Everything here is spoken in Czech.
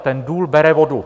Ten důl bere vodu.